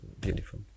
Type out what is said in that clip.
beautiful